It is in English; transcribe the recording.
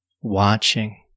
watching